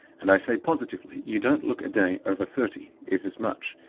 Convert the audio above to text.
and i say positively you don't look a day over thirty, if as much.